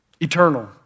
eternal